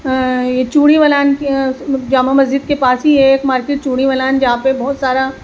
یہ چوڑی والان جامع مسجد کے پاس ہی ہے ایک مارکیٹ چوڑی والان جہاں پہ بہت سارا